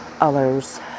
others